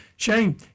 Shane